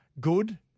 Good